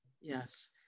yes